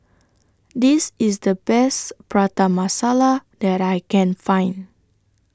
This IS The Best Prata Masala that I Can Find